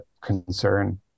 concern